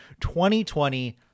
2020